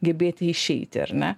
gebėti išeiti ar ne